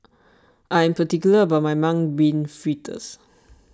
I am particular about my Mung Bean Fritters